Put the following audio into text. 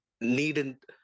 needn't